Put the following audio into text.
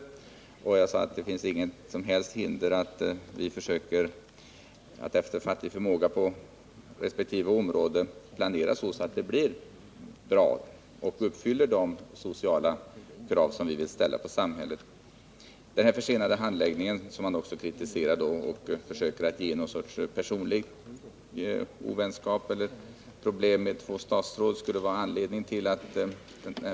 Jag sade att det inte finns något som helst hinder för att vi försöker att efter fattig förmåga på resp. område planera så, att det blir bra och uppfyller de sociala krav som vi vill ställa på samhället. Man kritiserar också den försenade handläggningen och antyder att något slags personliga problem mellan två statsråd skulle vara anledning till den.